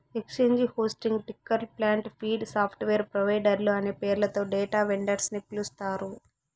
exchange hosting, ticker plant, feed, software ప్రొవైడర్లు అనే పేర్లతో డేటా వెండర్స్ ని పిలుస్తారు